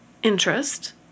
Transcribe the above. Interest